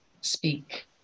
speak